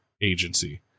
agency